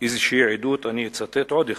איזו עדות, אני אצטט עוד אחת: